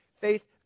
Faith